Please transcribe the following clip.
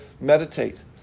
meditate